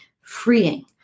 freeing